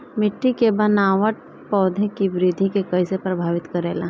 मिट्टी के बनावट पौधों की वृद्धि के कईसे प्रभावित करेला?